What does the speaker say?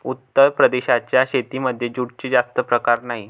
उत्तर प्रदेशाच्या शेतीमध्ये जूटचे जास्त प्रकार नाही